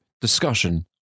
discussion